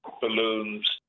balloons